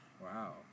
Wow